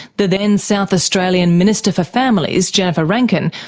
the then south australian minister for families, jennifer rankine,